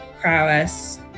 prowess